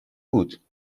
بود